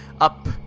up